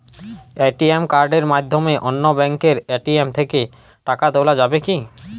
ATM কার্ডের মাধ্যমে অন্য ব্যাঙ্কের এ.টি.এম থেকে টাকা তোলা যাবে কি?